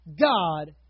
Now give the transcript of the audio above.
God